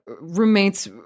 roommates